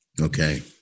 Okay